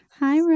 hi